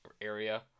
area